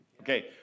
Okay